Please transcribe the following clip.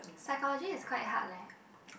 psychology is quite hard leh